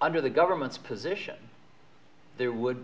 under the government's position there would